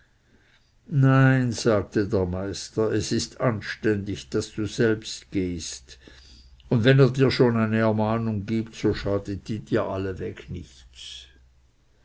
nein sagte der meister es ist anständig daß du selbst gehst und wenn er dir schon noch eine ermahnung gibt so schadet die dir allweg nichts